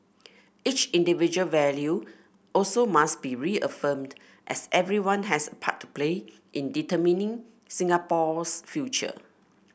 each individual value also must be reaffirmed as everyone has a part to play in determining Singapore's future